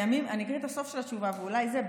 אגיד את הסוף של התשובה ואולי זה,